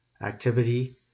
activity